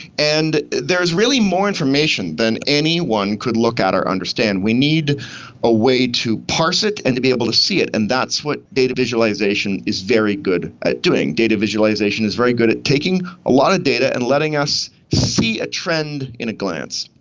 and there's really more information than anyone could look at or understand. we need a way to parse it and to be able to see it, and that's what data visualisation is very good at doing. data visualisation is very good at taking a lot of data and letting us see a trend in a glance.